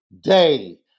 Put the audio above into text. day